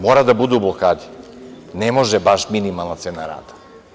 Mora da bude u blokadi, ne može baš minimalna cena rada.